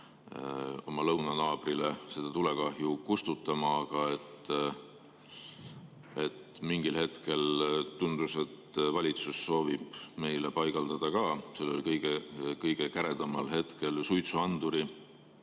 oma lõunanaabrile seda tulekahju kustutama. Mingil hetkel tundus, et valitsus soovib meile paigaldada ka sellel kõige-kõige käredamal hetkel suitsuanduri,